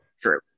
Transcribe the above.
true